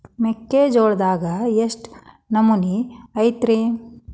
ಮೆಕ್ಕಿಜೋಳದಾಗ ಎಷ್ಟು ನಮೂನಿ ಐತ್ರೇ?